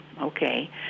okay